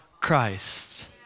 Christ